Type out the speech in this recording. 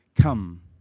Come